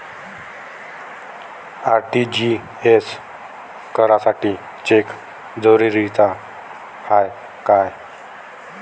RTGS करासाठी cheque जरुरीचा हाय काय?